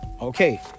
Okay